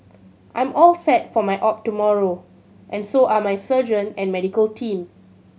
I'm all set for my op tomorrow and so are my surgeon and medical team